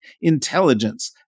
intelligence